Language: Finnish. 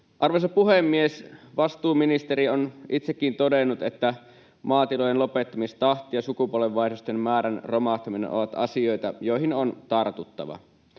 Arvoisa puhemies! Vastuuministeri on itsekin todennut, että maatilojen lopettamistahti ja sukupolvenvaihdosten määrän romahtaminen ovat asioita, joihin on tartuttava.